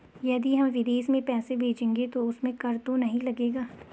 यदि हम विदेश में पैसे भेजेंगे तो उसमें कर तो नहीं लगेगा?